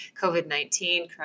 COVID-19